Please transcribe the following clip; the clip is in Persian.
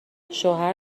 شوهر